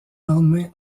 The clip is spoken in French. lendemain